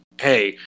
Hey